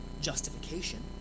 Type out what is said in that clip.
justification